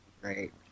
great